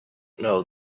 know